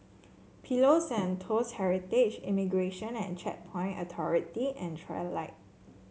Pillows and Toast Heritage Immigration and Checkpoint Authority and Trilight